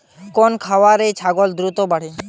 কোন খাওয়ারে ছাগল দ্রুত বাড়ে?